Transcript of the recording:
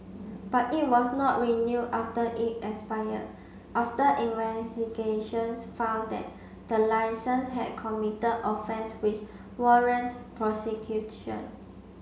but it was not renewed after it expired after investigations found that the licence had committed offence which warrant prosecution